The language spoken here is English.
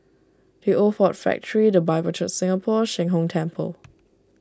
the Old Ford Factor the Bible Church Singapore Sheng Hong Temple